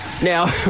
Now